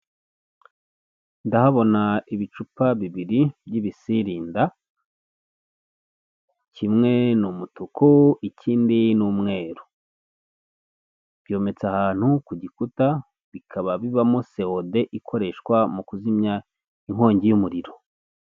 Ndahabona ibicupa bibiri by'ibisirinda, kimwe ni umutuku ikindi ni umweru, byometse ahantu ku gikuta, bikaba bibamo sewode ikoreshwa mu kuzimya inkongi y'umuriro.